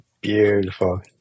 Beautiful